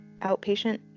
outpatient